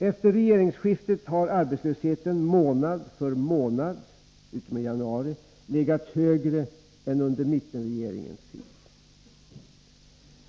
Efter regeringsskiftet har arbetslösheten månad för månad — utom i januari — legat högre än under mittenregeringens tid.